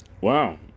wow